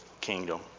kingdom